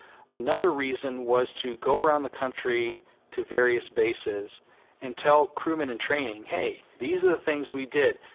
another reason was to go around the country to various bases and tell crewmen in training, hey, these are the things we did.